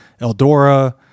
Eldora